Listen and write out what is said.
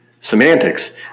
semantics